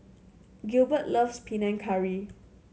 Gilbert loves Panang Curry